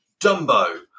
Dumbo